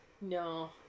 No